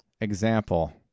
example